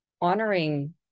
honoring